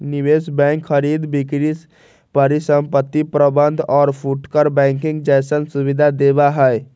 निवेश बैंक खरीद बिक्री परिसंपत्ति प्रबंध और फुटकर बैंकिंग जैसन सुविधा देवा हई